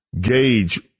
gauge